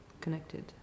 connected